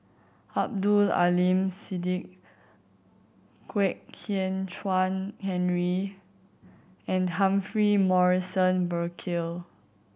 Abdul Aleem Siddique Kwek Hian Chuan Henry and Humphrey Morrison Burkill